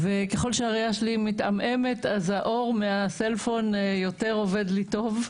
ככל שהראייה שלי מתעמעמת אז האור מהפלאפון עובד יותר טוב,